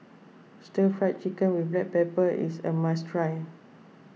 Stir Fried Chicken with Black Pepper is a must try